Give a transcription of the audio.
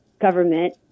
government